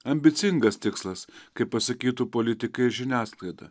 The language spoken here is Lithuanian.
ambicingas tikslas kaip pasakytų politika ir žiniasklaida